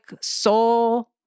Soul